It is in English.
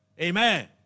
Amen